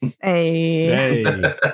hey